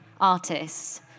artists